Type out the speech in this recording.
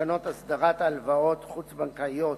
בתקנות הסדרת הלוואות חוץ-בנקאיות